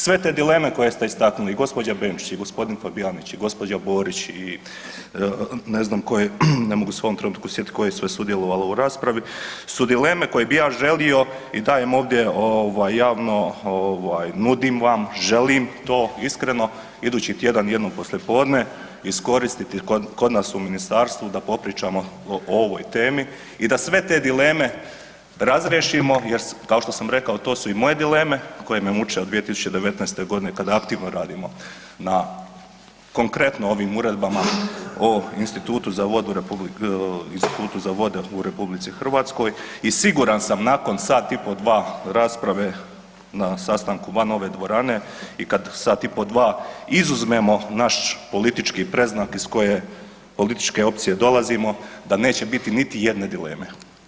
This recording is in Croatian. Sve te dileme koje ste istaknuli i gđa. Benčić i g. Fabijanić i gđa. Borić i ne znam ko je, ne mogu se u ovom trenutku sjetit ko je sve sudjelovao u raspravi, su dileme koje bi ja želio i dajem ovdje ovaj javno ovaj, nudim vam, želim to iskreno idući tjedan jedno poslijepodne iskoristiti kod nas u ministarstvu da popričamo o ovoj temi i da sve te dileme razriješimo jer kao što sam rekao to su i moje dileme koje me muče od 2019.g. kada aktivno radimo na konkretno ovim uredbama o institutu za vodu, Institutu za vode u RH i siguran sam nakon sat i po dva rasprave na sastanku van ove dvorane i kad sat i po dva izuzmemo naš politički predznak iz koje političke opcije dolazimo, da neće biti nijedne dileme.